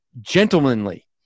gentlemanly